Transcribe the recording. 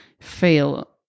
feel